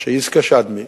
שישכה שדמי